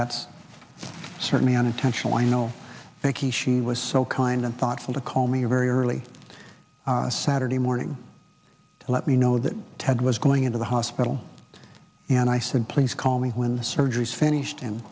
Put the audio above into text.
that's certainly unintentional i know thankee she was so kind and thoughtful to call me very early saturday morning to let me know that ted was going into the hospital and i said please call me when the surgeries finished and